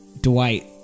Dwight